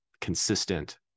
consistent